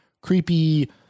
creepy